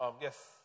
yes